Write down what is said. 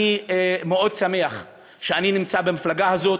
אני מאוד שמח שאני נמצא במפלגה הזאת,